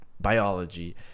biology